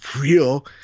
real